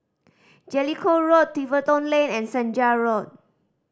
Jellicoe Road Tiverton Lane and Senja Road